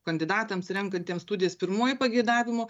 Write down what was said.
kandidatams renkantiems studijas pirmuoju pageidavimu